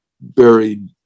buried